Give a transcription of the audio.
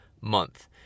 month